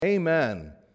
amen